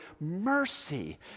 mercy